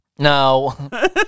No